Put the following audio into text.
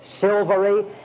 silvery